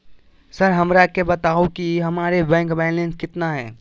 Sir हमरा के बताओ कि हमारे बैंक बैलेंस कितना है?